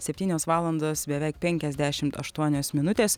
septynios valandos beveik penkiasdešimt aštuonios minutės